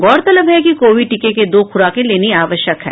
गौरतलब है कि कोविड टीके की दो खुराके लेनी आवश्यक है